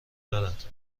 دارد